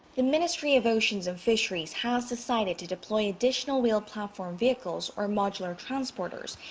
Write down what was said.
the ministry of oceans and fisheries has decided to deploy additional wheeled platform vehicles. or modular transporters.